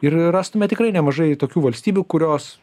ir rastume tikrai nemažai tokių valstybių kurios